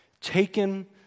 taken